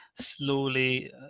slowly